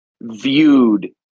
viewed